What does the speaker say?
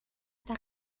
eta